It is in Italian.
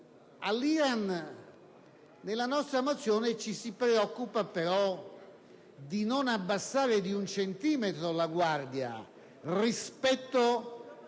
l'Iran, nella nostra mozione ci si preoccupa però di non abbassare di un centimetro la guardia rispetto